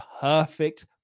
perfect